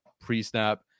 pre-snap